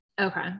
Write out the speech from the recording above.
Okay